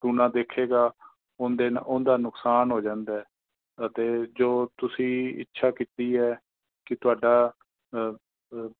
ਟੂਣਾ ਦੇਖੇਗਾ ਉਨ ਦੇ ਉਹਦਾ ਨੁਕਸਾਨ ਹੋ ਜਾਂਦਾ ਹੈ ਅਤੇ ਜੋ ਤੁਸੀਂ ਇੱਛਾ ਕੀਤੀ ਹੈ ਕਿ ਤੁਹਾਡਾ